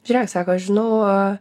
žiūrėk sako aš žinau